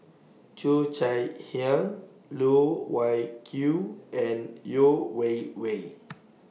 Cheo Chai Hiang Loh Wai Kiew and Yeo Wei Wei